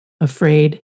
afraid